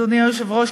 אדוני היושב-ראש,